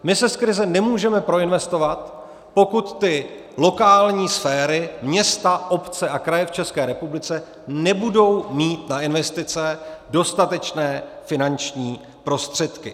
My se z krize nemůžeme proinvestovat, pokud ty lokální sféry, města, obce a kraje v České republice, nebudou mít na investice dostatečné finanční prostředky.